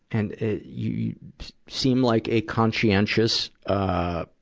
and, you seem like a conscientious, ah,